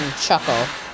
chuckle